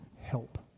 help